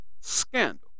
scandal